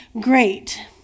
great